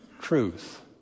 truth